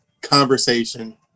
conversation